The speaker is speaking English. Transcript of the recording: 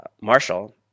Marshall